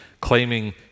claiming